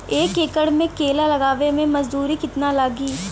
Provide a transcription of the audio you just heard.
एक एकड़ में केला लगावे में मजदूरी कितना लागी?